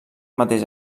mateix